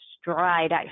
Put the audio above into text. stride